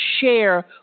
share